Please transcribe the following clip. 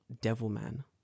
Devilman